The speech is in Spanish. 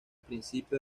principio